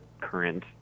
current